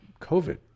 COVID